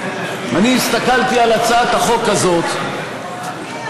אני הסתכלתי על הצעת החוק הזאת וקראתי.